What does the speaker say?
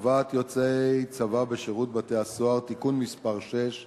(הצבת יוצאי צבא בשירות בתי-הסוהר) (תיקון מס' 6),